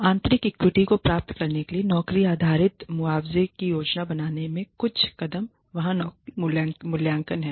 आंतरिक इक्विटी को प्राप्त करने के लिए नौकरी आधारित मुआवजे की योजना बनाने में कुछ कदम वहाँ नौकरी मूल्यांकन है